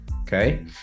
Okay